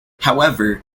however